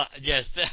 yes